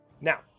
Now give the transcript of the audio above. Now